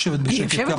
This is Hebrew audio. בשקט.